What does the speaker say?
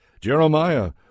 Jeremiah